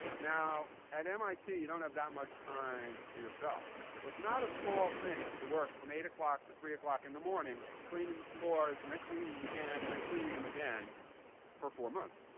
now, at mit, you don't have that much time to yourself. so it's not a small thing to work from eight o'clock to three o'clock in the morning cleaning the floors, and then cleaning them again, and then cleaning them again for four months.